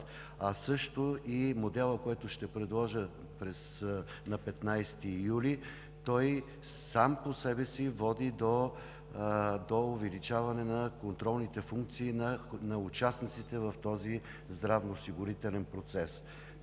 А и моделът, който ще предложа на 15 юли, сам по себе си води до увеличаване на контролните функции на участниците в този здравноосигурителен процес.